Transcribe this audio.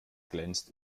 glänzt